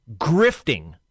grifting